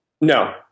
No